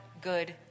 good